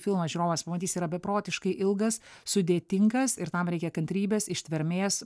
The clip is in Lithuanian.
filmą žiūrovas pamatys yra beprotiškai ilgas sudėtingas ir tam reikia kantrybės ištvermės